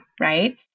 right